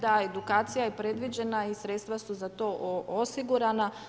Da, edukacija je predviđena i sredstva za tu osigurana.